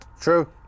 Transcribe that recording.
True